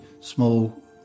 small